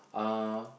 uh